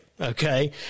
okay